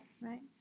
right